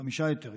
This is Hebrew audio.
חמישה היתרים,